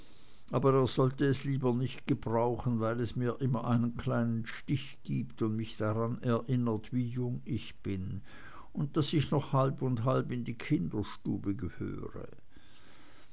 aber er sollte es lieber nicht gebrauchen weil es mir immer einen kleinen stich gibt und mich daran erinnert wie jung ich bin und daß ich noch halb in die kinderstube gehöre